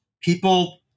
people